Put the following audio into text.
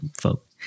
folk